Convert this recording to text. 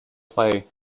play